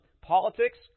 politics